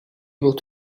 able